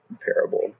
parable